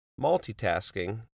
multitasking